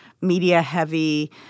media-heavy